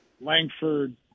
Langford